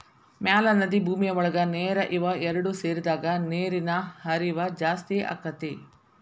ಮ್ಯಾಲ ನದಿ ಭೂಮಿಯ ಒಳಗ ನೇರ ಇವ ಎರಡು ಸೇರಿದಾಗ ನೇರಿನ ಹರಿವ ಜಾಸ್ತಿ ಅಕ್ಕತಿ